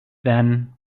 then